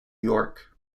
york